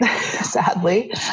sadly